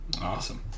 Awesome